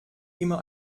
immer